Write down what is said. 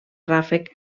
ràfec